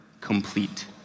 complete